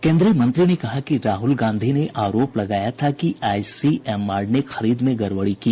श्री प्रसाद ने कहा कि राहल गांधी ने आरोप लगाया था कि आईसीएमआर ने खरीद में गड़बड़ी की